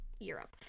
Europe